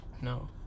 No